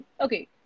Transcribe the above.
Okay